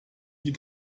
die